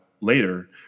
later